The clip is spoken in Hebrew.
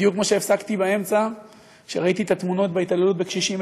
בדיוק כמו שהפסקתי באמצע כשראיתי את התמונות בהתעללות בקשישים,